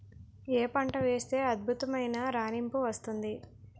ఏ పంట వేస్తే అద్భుతమైన రాణింపు వస్తుంది?